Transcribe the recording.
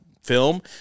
film